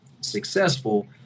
successful